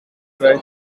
dry